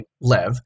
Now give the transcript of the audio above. Lev